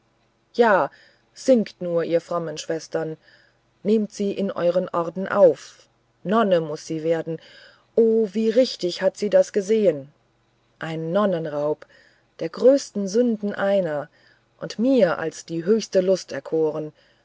ja singt nur ihr frommen schwestern nehmet sie in euren orden auf nonne muß sie werden o wie richtig hat sie das gesehen ein nonnenraub der größten sünden eine und mir als die höchste lust erkoren